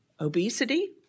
obesity